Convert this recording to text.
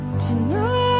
tonight